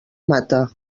mata